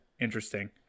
interesting